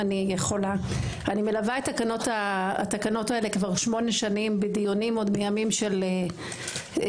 אני מלווה את התקנות הללו שמונה שנים בדיונים עוד מימים של סימן